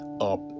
up